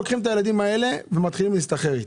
לוקחים את הילדים האלה ומתחילים להסתחרר איתם.